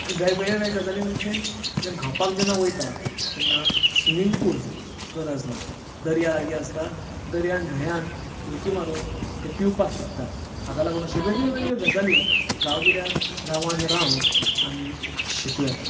वेग वेगळे वेगळे गजाली म्हणजे जे न्हांवपाक जेन्ना वयता तेन्ना स्विमींग पूल गरज ना दर्या लागीं आसता दर्या न्हंयान उडकी मारून ते पेंवपाक शिकतात हाका लागून अश्यो वेगळ्यो वेगळ्यो गजाली गांवगिऱ्या गांवान रावन आमी शिकूं येता